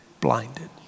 blinded